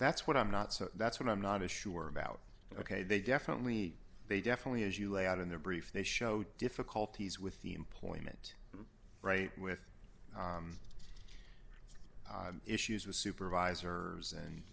that's what i'm not so that's what i'm not sure about ok they definitely they definitely as you lay out in their brief they show difficulties with the employment rate with issues with supervisors and